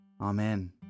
Amen